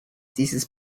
dieses